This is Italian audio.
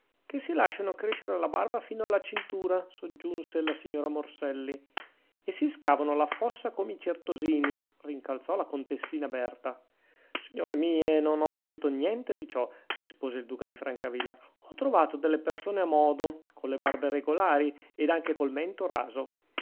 che si lasciano crescere la barba fino alla cintura soggiunse la signora morselli e si scavano la fossa come i certosini rincalzò la contessina berta signore mie non ho veduto niente di ciò rispose il duca di francavilla ho trovato delle persone a modo con le barbe regolari ed anche col mento raso